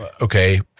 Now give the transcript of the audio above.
Okay